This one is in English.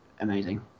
amazing